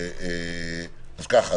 אז ככה,